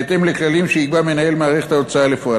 בהתאם לכללים שיקבע מנהל מערכת ההוצאה לפועל.